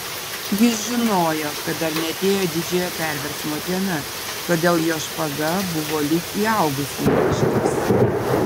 jis žinojo kad dar neatėjo didžiojo perversmo diena todėl jo špaga buvo lyg įaugusi į makštis